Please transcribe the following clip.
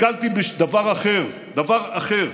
דגלתי בדבר אחר, דבר אחר,